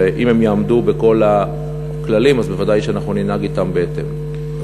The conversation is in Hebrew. ואם הם יעמדו בכל הכללים אז בוודאי ננהג אתם בהתאם.